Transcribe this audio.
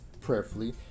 prayerfully